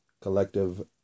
collective